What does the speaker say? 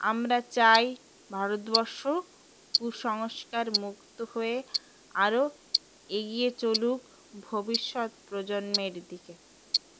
আমরা চাই ভারতবর্ষ কুসংস্কার মুক্ত হয়ে আরও এগিয়ে চলুক ভবিষ্যৎ প্রজন্মের দিকে